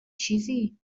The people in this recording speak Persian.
چیزی